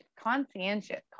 Conscientious